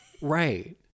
Right